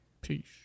Peace